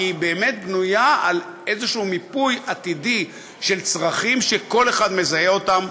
כי היא באמת בנויה על איזשהו מיפוי עתידי של צרכים שכל אחד מזהה אותם.